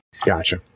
Gotcha